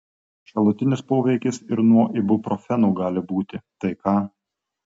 šalutinis poveikis ir nuo ibuprofeno gali būti tai ką